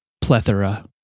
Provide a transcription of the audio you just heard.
Plethora